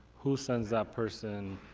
who sends that person?